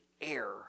air